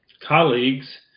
colleagues